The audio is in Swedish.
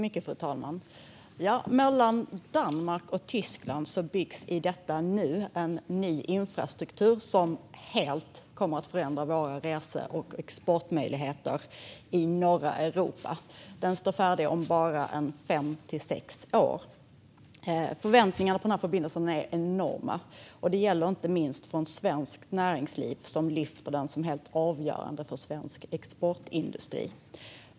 Fru talman! Mellan Danmark och Tyskland byggs i detta nu en ny infrastruktur som helt kommer att förändra våra resor och exportmöjligheter i norra Europa. Den står färdig om fem sex år. Förväntningarna på denna förbindelse är enorma. Det gäller inte minst från svenskt näringsliv som lyfter fram den som helt avgörande för svensk exportindustri.